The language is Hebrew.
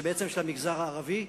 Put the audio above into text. של המגזר הערבי.